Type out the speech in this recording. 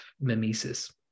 mimesis